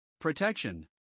Protection